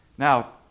Now